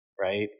right